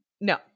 No